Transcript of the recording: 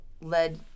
led